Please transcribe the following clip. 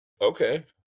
Okay